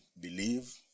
believe